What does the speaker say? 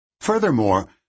Furthermore